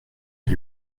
des